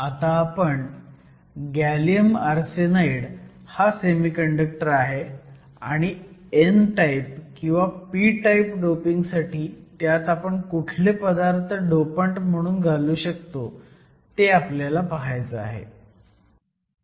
आता आपल्याकडे gallium arsenide हा सेमीकंडक्टर आहे आणि n टाईप किंवा p टाईप डोपिंगसाठी त्यात आपण कुठले पदार्थ डोपंट म्हणून घालू शकतो ते आपल्याला पाहायचं आहे